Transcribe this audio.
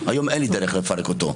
היו אין לי דרך לפרק אותו.